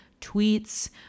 tweets